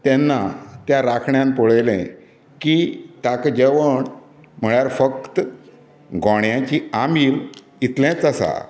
तेन्ना त्या राखण्यान पळयलें की ताका जेवण म्हळ्यार फक्त गोण्याची आमील इतलेंच आसा